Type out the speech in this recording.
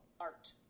art